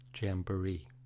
jamboree